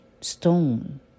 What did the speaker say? stone